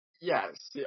Yes